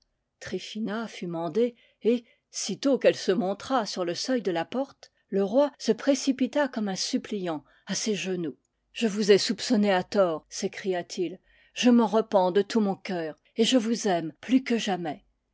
tryphina fut mandée et sitôt qu'elle se montra sur le seuil de la porte le roi se précipita comme un suppliant à ses î e vous ai soupçonnée à tort s'écria-t-il je m'en repens de tout mon cœur et je vous aime plus que jamais